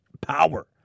power